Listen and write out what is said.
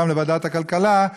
גם לוועדת הכלכלה,